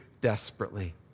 desperately